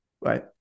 Right